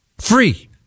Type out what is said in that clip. Free